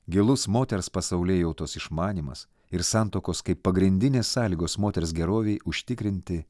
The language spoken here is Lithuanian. gilus moters pasaulėjautos išmanymas ir santuokos kaip pagrindinės sąlygos moters gerovei užtikrinti